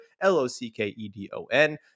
L-O-C-K-E-D-O-N